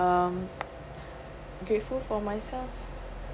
um grateful for myself